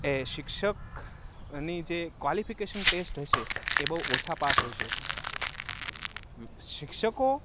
એ શિક્ષક અને જે ક્વોલિફિકેશન ટેસ્ટ હશે એ બોઉ ઓછા પાસ હશે શિક્ષકો